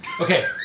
Okay